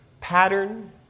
pattern